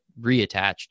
reattached